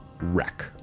wreck